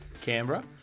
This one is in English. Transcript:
Canberra